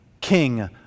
king